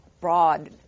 broad